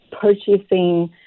purchasing